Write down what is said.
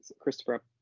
christopher